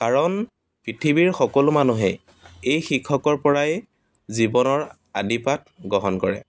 কাৰণ পৃথিৱীৰ সকলো মানুহেই এই শিক্ষকৰ পৰাই জীৱনৰ আদিপাঠ গ্ৰহণ কৰে